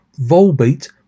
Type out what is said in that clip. Volbeat